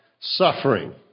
suffering